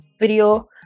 video